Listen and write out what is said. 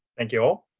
thank you all.